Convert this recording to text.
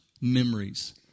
memories